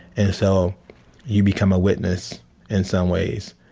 and so you become a witness in some ways.